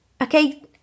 okay